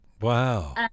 Wow